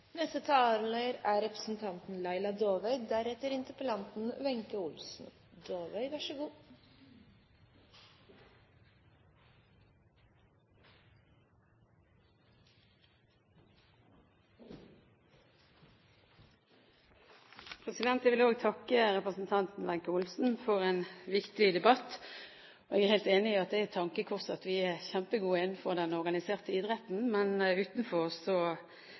Jeg vil også takke representanten Wenche Olsen for en viktig debatt. Jeg er helt enig i at det er et tankekors at vi er kjempegode innenfor den organiserte idretten, men utenfor